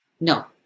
No